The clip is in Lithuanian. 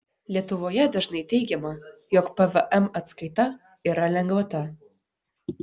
lietuvoje dažnai teigiama jog pvm atskaita yra lengvata